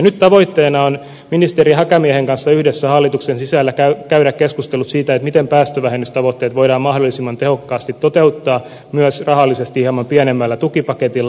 nyt tavoitteena on ministeri häkämiehen kanssa yhdessä hallituksen sisällä käydä keskustelut siitä miten päästövähennystavoitteet voidaan mahdollisimman tehokkaasti toteuttaa myös rahallisesti hieman pienemmällä tukipaketilla